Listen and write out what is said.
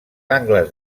angles